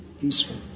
peaceful